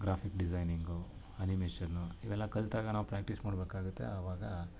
graphic designing animation ಇವೆಲ್ಲ ಕಲಿತಾಗ ನಾವು ಪ್ರ್ಯಾಕ್ಟೀಸ್ ಮಾಡ್ಬೇಕಾಗುತ್ತೆ ಅವಾಗ